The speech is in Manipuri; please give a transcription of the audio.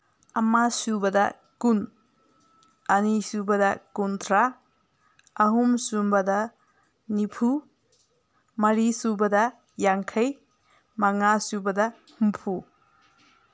ꯑꯃꯁꯨꯕꯗ ꯀꯨꯟ ꯑꯅꯤꯁꯨꯕꯗ ꯀꯨꯟꯊ꯭ꯔꯥ ꯑꯍꯨꯝꯁꯨꯕꯗ ꯅꯤꯐꯨ ꯃꯔꯤꯁꯨꯕꯗ ꯌꯥꯡꯈꯩ ꯃꯉꯥꯁꯨꯕꯗ ꯍꯨꯝꯐꯨ